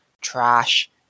trash